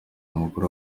mukuru